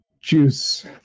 juice